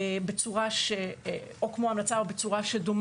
את הדבר